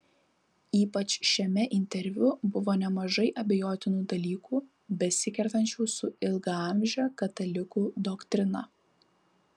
ypač šiame interviu buvo nemažai abejotinų dalykų besikertančių su ilgaamže katalikų doktrina